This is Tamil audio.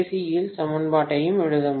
எல் சமன்பாட்டையும் எழுத முடியும்